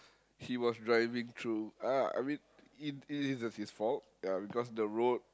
he was driving through uh I mean it isn't his fault ya because the road